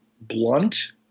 blunt